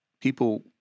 People